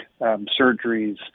surgeries